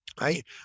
Right